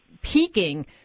peaking